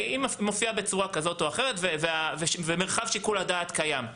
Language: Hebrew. היא מופיעה בצורה כזאת או אחרת ומרחב שיקול הדעת קיים.